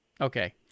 Okay